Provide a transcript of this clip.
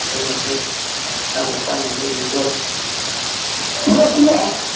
ꯑꯗꯨꯅꯅꯤ ꯃꯇꯥꯡ ꯃꯇꯥꯡꯅꯅꯤ ꯅꯨꯡꯖꯥꯎ